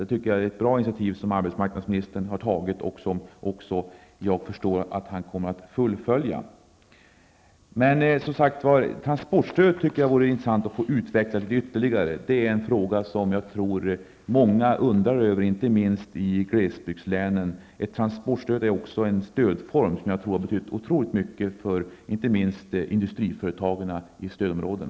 Det tycker jag är ett bra initiativ från arbetsmarknadsministern som jag förstår att han också kommer att fullfölja. Det vore alltså intressant att få höra en utveckling om transportstödet. Den frågan tror jag många undrar över, inte minst i glesbygdslänen. Transportstödet är också en stödform som jag tror betytt otroligt mycket, inte minst för industriföretagen i stödområdena.